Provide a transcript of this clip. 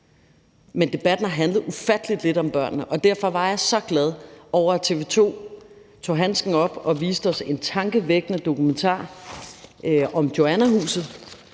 men debatten har handlet ufattelig lidt om børnene, og derfor var jeg så glad for, at TV 2 tog handsken op og viste os en tankevækkende dokumentar om Joannahuset